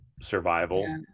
survival